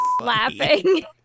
laughing